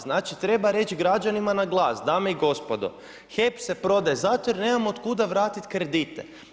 Znači treba reći građanima na glas, dame i gospodo, HEP se prodaje zato jer nemamo od kuda vratiti kredite.